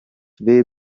way